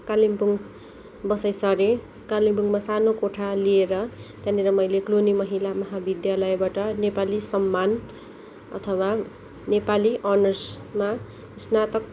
कालिम्पोङ बसाइँ सरेँ कालिम्पोङमा सानो कोठा लिएर त्यहाँनिर मैले क्लुनी महिला महाविद्यालयबाट नेपाली सम्मान अथवा नेपाली अनर्समा स्नातक